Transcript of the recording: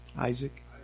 Isaac